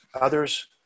others